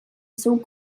jsou